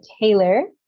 Taylor